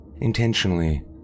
Intentionally